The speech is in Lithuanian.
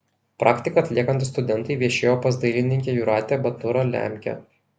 praktiką atliekantys studentai viešėjo pas dailininkę jūratę baturą lemkę